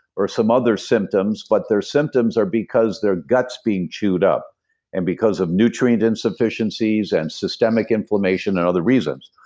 or some other symptoms, but their symptoms are because their gut's being chewed up and because of nutrient insufficiencies, and systemic inflammation and other reasons.